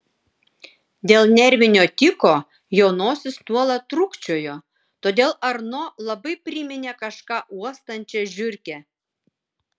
dėl nervinio tiko jo nosis nuolat trūkčiojo todėl arno labai priminė kažką uostančią žiurkę